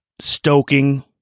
stoking